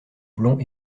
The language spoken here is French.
blonds